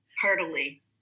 heartily